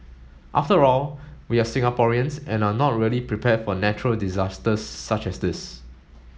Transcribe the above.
after all we're Singaporeans and are not really prepared for natural disasters such as this